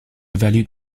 valued